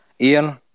Ian